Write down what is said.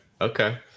okay